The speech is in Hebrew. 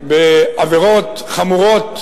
בעבירות חמורות